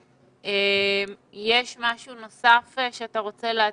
יש משהו נוסף שאתה רוצה להציג?